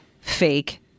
fake